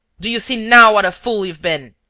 do you see now what a fool you've been?